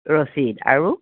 ৰছিদ আৰু